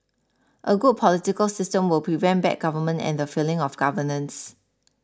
a good political system will prevent bad government and the failing of governance